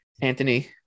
Anthony